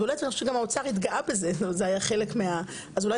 לב שאמרת בסוף שלא סיימתם,